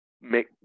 make